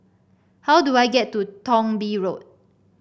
how do I get to Thong Bee Road